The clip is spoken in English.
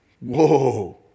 Whoa